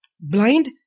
Blind